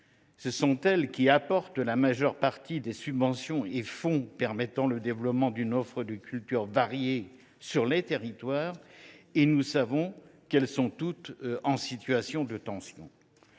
ce sont elles qui fournissent la majeure partie des subventions et des fonds permettant le développement d’une offre de culture variée dans les territoires. Or, nous le savons, elles connaissent toutes une situation de tension